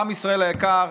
עם ישראל היקר,